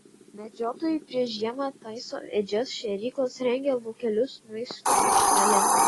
medžiotojai prieš žiemą taiso ėdžias šėryklas rengia laukelius maisto aikštelėms